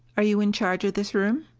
are you in charge of this room?